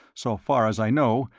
so far as i know,